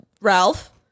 Ralph